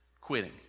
quitting